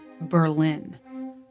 Berlin